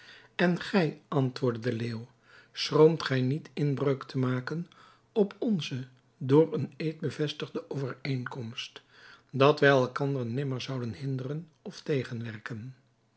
en gij antwoordde de leeuw schroomt gij niet inbreuk te maken op onze door een eed bevestigde overeenkomst dat wij elkander nimmer zouden hinderen of